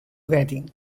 wedding